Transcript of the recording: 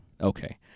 Okay